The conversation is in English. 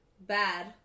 Bad